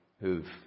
who've